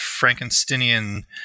Frankensteinian